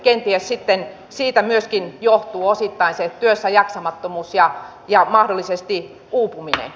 kenties siitä myöskin johtuu osittain se työssä jaksamattomuus ja mahdollisesti uupuminen